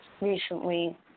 Recently